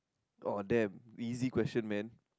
oh damn easy question man